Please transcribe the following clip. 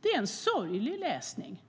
Det är en sorglig läsning.